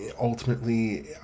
ultimately